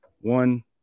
one